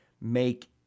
make